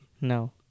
No